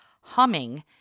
humming